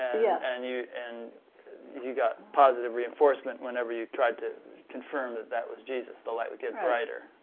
yeah and you and you got positive reinforcement whenever you tried to confirm that that was jesus, the light would get brighter?